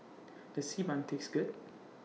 Does Xi Ban Taste Good